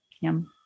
Yum